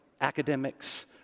academics